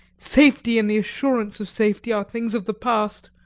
safety and the assurance of safety are things of the past.